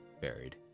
buried